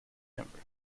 member